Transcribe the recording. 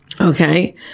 Okay